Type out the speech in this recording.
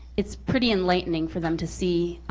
it's pretty enlightening for them to see